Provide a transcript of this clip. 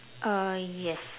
uh yes